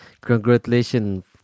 Congratulations